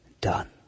done